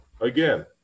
Again